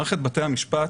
מערכת בתי המשפט